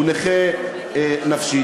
הוא נכה נפשית,